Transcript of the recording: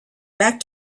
back